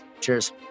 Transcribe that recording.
cheers